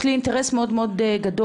יש לי אינטרס מאוד מאוד גדול,